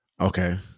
Okay